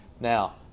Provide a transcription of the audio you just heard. now